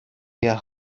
per